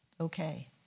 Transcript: okay